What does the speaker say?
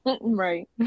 Right